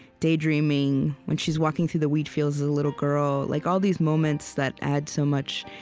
daydreaming, when she's walking through the wheat fields as a little girl like all these moments that add so much